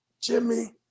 Jimmy